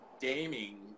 gaming